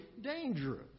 dangerous